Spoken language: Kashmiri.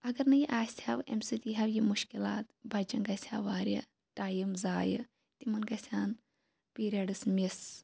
اگر نہٕ یہٕ آسِہ ہاو امہِ سۭتۍ یی ہا یہٕ مُشکِلات بَچین گَژھہِ ہا واریاہ ٹایِم زایہٕ یِمن گَژھہِ ہا نہٕ پیٖرِیَڈٕس مِس